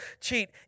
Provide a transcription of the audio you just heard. cheat